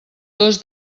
dos